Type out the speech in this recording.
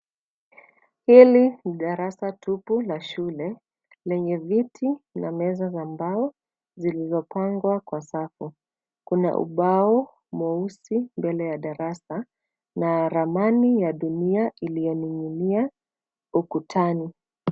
Hili ni darasa tupu la shule lenye viti na meza za mbao zilizopangwa kwa safu. Ubao mweusi mbele ya darasa na ramani ya dunia iliyoning'inia ukutani.